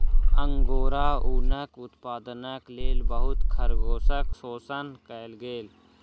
angora ऊनक उत्पादनक लेल बहुत खरगोशक शोषण कएल गेल